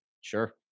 Sure